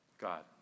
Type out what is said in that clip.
god